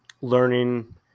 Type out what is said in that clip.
Learning